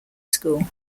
school